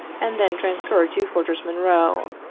and then transferred to fortress monroe.